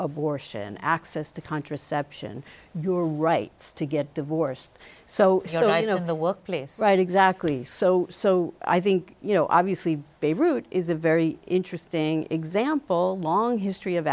abortion access to contraception your rights to get divorced so in the workplace right exactly so so i think you know obviously beirut is a very interesting example long history of